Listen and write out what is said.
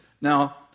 Now